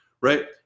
right